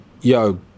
yo